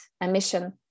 emission